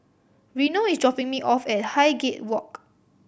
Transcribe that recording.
Reno is dropping me off at Highgate Walk